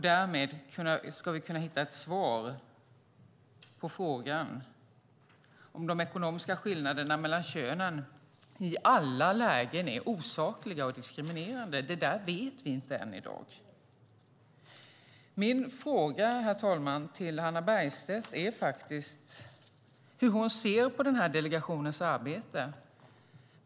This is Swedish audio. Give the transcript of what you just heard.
Därmed kan vi hitta ett svar på frågan om de ekonomiska skillnaderna mellan könen i alla lägen är osakliga och diskriminerande. Det vet vi inte än i dag. Min fråga, herr talman, till Hannah Bergstedt är hur hon ser på denna delegations arbete.